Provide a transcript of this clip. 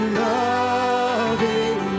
loving